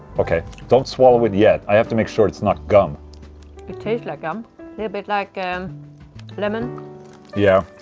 ok. don't swallow it yet, i have to make sure it's not gum it tastes like gum yeah, a bit like. and lemon yeah,